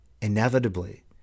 inevitably